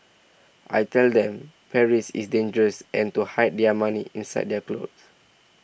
I tell them Paris is dangerous and to hide their money inside their clothes